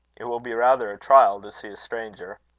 it will be rather a trial to see a stranger.